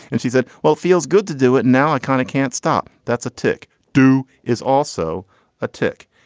and she said, well, feels good to do it now. i kind of can't stop. that's a tick. do is also a tick.